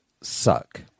suck